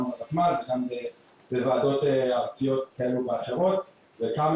גם בותמ"ל ובוועדות ארציות כאלה ואחרות וכמה